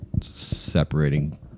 separating